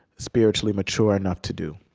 spiritually mature enough to do.